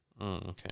Okay